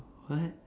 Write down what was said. what